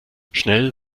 schnell